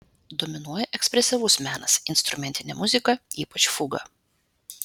dominuoja ekspresyvus menas instrumentinė muzika ypač fuga